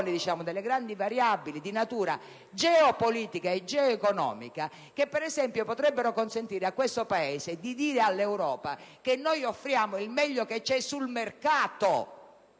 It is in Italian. delle grandi variabili di natura geopolitica e geoeconomica che, per esempio, potrebbero consentire a questo Paese di dire all'Europa che noi offriamo il meglio che c'è sul mercato